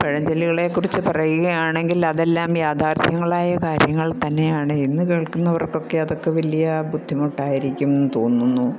പഴഞ്ചൊല്ലുകളെക്കുറിച്ച് പറയുകയാണെങ്കിൽ അതെല്ലാം യാഥാർഥ്യങ്ങളായ കാര്യങ്ങൾ തന്നെയാണ് ഇന്ന് കേൾക്കുന്നവർക്കൊക്കെ അതൊക്കെ വലിയ ബുദ്ധിമുട്ടായിരിക്കും എന്നു തോന്നുന്നു